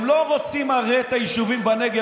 הם לא רוצים הרי את היישובים בנגב,